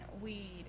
weed